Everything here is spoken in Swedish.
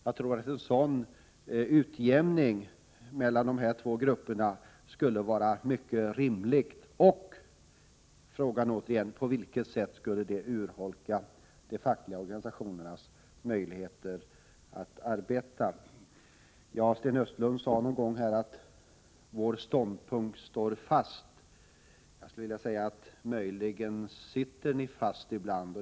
Jag tror att en sådan utjämning mellan de här två grupperna skulle vara mycket rimlig, och jag frågar återigen: På vilket sätt skulle det urholka de fackliga organisationernas möjligheter att arbeta? Sten Östlund sade här att socialdemokraternas ståndpunkt står fast. Ja, möjligen sitter ni fast ibland.